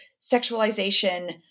sexualization